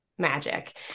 magic